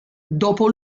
dopo